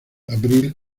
avril